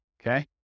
Okay